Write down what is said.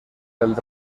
del